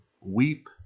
weep